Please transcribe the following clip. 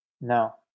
No